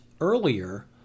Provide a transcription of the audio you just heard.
earlier